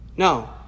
No